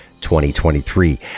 2023